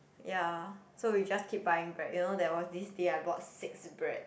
ya so we just keep buying bread you know there was this day I bought six bread